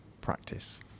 practice